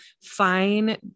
fine